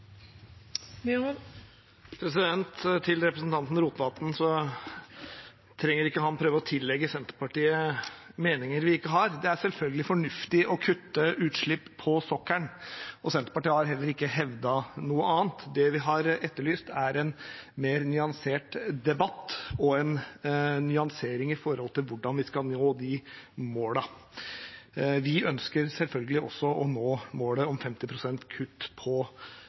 meninger vi ikke har. Det er selvfølgelig fornuftig å kutte utslipp på sokkelen, og Senterpartiet har heller ikke hevdet noe annet. Det vi har etterlyst, er en mer nyansert debatt og en nyansering med tanke på hvordan vi skal nå de målene. Vi ønsker selvfølgelig også å nå målet om 50 pst. kutt på